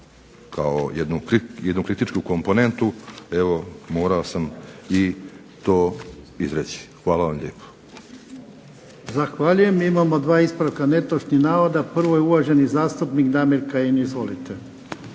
kao jednu kritičku komponentu evo morao sam i to izreći. Hvala vam lijepo. **Jarnjak, Ivan (HDZ)** Zahvaljujem. Imamo 2 ispravka netočnih navoda. Prvo je uvaženi zastupnik Damir Kajin. Izvolite.